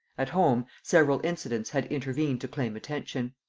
at home, several incidents had intervened to claim attention.